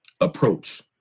approach